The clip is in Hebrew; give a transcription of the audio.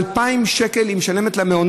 היא משלמת 2,000 שקל למעונות,